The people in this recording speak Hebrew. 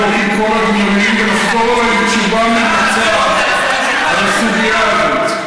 לבדוק עם כל הגורמים ולחזור אליי עם תשובה ממצה על הסוגיה הזאת.